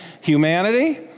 Humanity